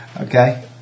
Okay